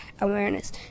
awareness